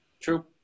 True